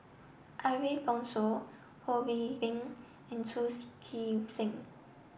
Ariff Bongso Ho See Beng and Chu Chee Seng